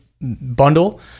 bundle